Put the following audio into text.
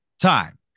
time